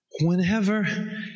whenever